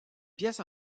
pièce